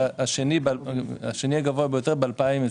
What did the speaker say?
והשני הגבוה ביותר ב-21'.